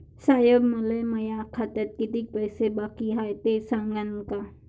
साहेब, मले माया खात्यात कितीक पैसे बाकी हाय, ते सांगान का?